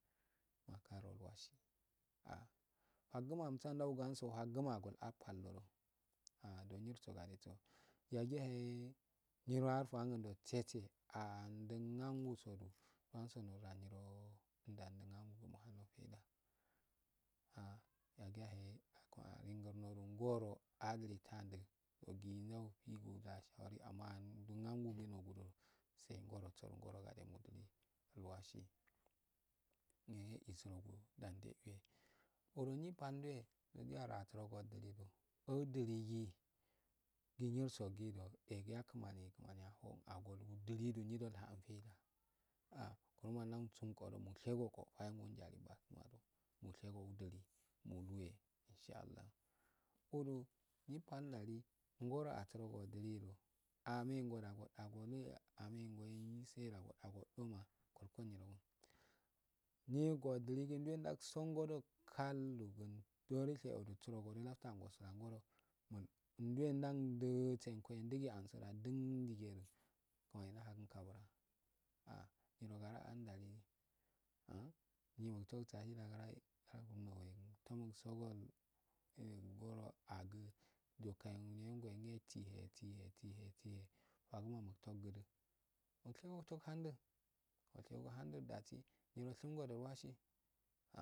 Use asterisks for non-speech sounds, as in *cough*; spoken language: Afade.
Malcarowasi ah faguma amsunda wunanso faguma a paslandado adonyirsu gade so yo giyahe nyiro arfuwangundo ese ahnangusodi duwan ndanyiro nda ndi nalnundo fada ah yagiyahe *unintelligible* donggunagudo ndodosu nogadelwasi de eisurogu ayi pal ndure asuro go dulidu owudiligii ginyirsogido egi yakimani kimaniya afoun awudulido nyidolhandn feida ah lana ndausungu mushigogo mushigo gudili muluwe insha allah hodo nyi pal ndali ngoro asurogobu lido anengoda uda amengo yiseda godo odoman kur kun nyin nyegodwigidure rdauson ngodo kalilu guun durisheodu suroagedo surogodo dorishego alabtungosu angodo dwenduandii nstsekoendigi anso adin digedo kimani ndahaki kabar ah nyin gara andalidi ah nyiyozaga higarahigaragun *unintelligible* tumuso gol ngoro agu dokayengo eh nyego eh ghegyehe faguma mutaugudu muche godo handi oweshego uwu datsi nyiro shimgodelwsli.